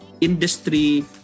industry